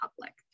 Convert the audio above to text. public